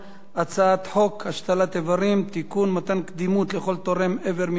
הצעת חוק השתלת אברים (תיקון) (מתן קדימות לכל תורם איבר מן החי),